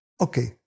Okay